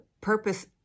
purpose